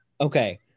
Okay